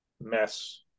mess